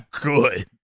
good